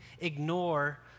ignore